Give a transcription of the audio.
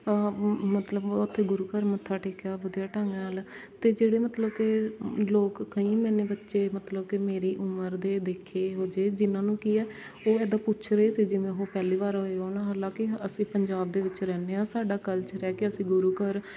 ਮਤਲਬ ਗੁਰੂ ਘਰ ਮੱਥਾ ਟੇਕਿਆ ਵਧੀਆ ਢੰਗ ਨਾਲ ਅਤੇ ਜਿਹੜੇ ਮਤਲਬ ਕਿ ਲੋਕ ਕਈ ਮੈਨੇ ਬੱਚੇ ਮਤਲਬ ਕਿ ਮੇਰੀ ਉਮਰ ਦੇ ਦੇਖੇ ਇਹੋ ਜਿਹੇ ਜਿਹਨਾਂ ਨੂੰ ਕਿ ਹੈ ਉਹ ਇੱਦਾਂ ਪੁੱਛ ਰਹੇ ਸੀ ਜਿਵੇਂ ਉਹ ਪਹਿਲੀ ਵਾਰੀ ਆਏ ਹੋਣ ਹਾਲਾਂਕਿ ਅਸੀਂ ਪੰਜਾਬ ਦੇ ਵਿੱਚ ਰਹਿੰਦੇ ਹਾਂ ਸਾਡਾ ਕਲਚਰ ਹੈ ਕਿ ਅਸੀਂ ਗੁਰੂ ਘਰ